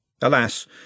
Alas